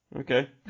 Okay